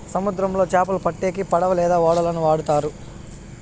సముద్రంలో చాపలు పట్టేకి పడవ లేదా ఓడలను వాడుతారు